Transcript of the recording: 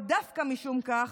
או דווקא משום כך,